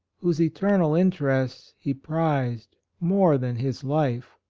whose eternal interests he prized more than his life.